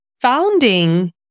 founding